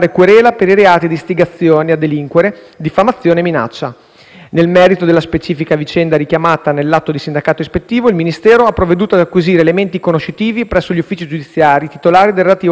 Nel merito della specifica vicenda richiamata nell'atto di sindacato ispettivo, il Ministero ha provveduto ad acquisire elementi conoscitivi presso gli uffici giudiziari titolari del relativo fascicolo, che confermano quanto riportato nell'atto di sindacato ispettivo.